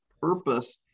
purpose